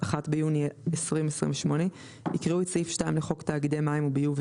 (1 ביוני 2028) יקראו את סעיף 2 לחוק תאגידי מים וביוב,